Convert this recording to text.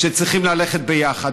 שצריכות ללכת ביחד.